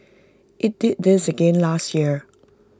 IT did this again last year